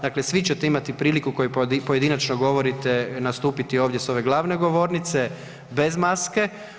Dakle svi ćete imati priliku koji pojedinačno govorite nastupiti ovdje s ove glavne govornice bez maske.